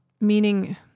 Meaning